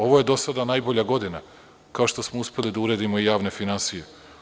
Ovo je do sada najbolja godina, kao što smo uspeli da uredimo i javne finansije.